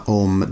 om